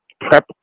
prep